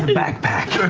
backpack.